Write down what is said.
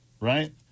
right